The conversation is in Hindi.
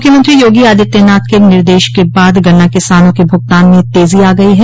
मुख्यमंत्री योगी आदित्यनाथ के निर्देश के बाद गन्ना किसानों के भूगतान में तेजी आ गयी है